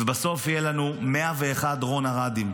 ובסוף יהיה לנו 101 רון ארדים,